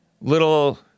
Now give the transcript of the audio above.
little